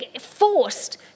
forced